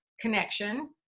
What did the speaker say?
connection